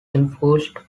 infused